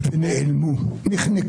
בנושא חופש